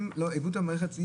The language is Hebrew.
אנשים איבדו את האמון במערכת.